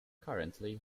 currently